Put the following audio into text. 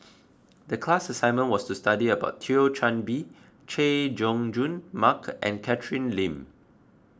the class assignment was to study about Thio Chan Bee Chay Jung Jun Mark and Catherine Lim